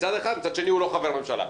ומצד שני הוא לא חבר ממשלה.